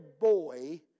boy